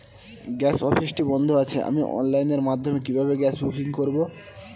Gas অফিসটি বন্ধ আছে আমি অনলাইনের মাধ্যমে কিভাবে গ্যাস বুকিং করব?